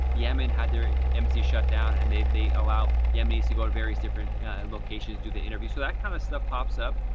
yemen had their embassy shut down and they they allow the yemenis to go to various different locations, do the interview. so that kind of stuff pops up,